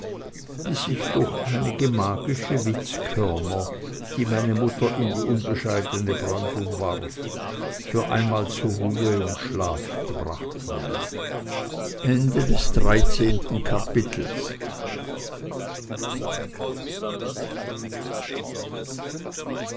bis ich durch einige magische witzkörner die meine mutter in die unbescheidene brandung warf für einmal zu ruhe und schlaf gebracht wurde